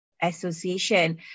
association